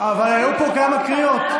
אבל היו פה כמה קריאות.